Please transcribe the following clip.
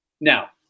Now